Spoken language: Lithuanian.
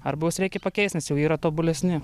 arba juos reikia pakeist nes jau yra tobulesni